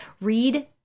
read